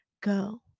go